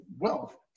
wealth